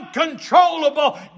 uncontrollable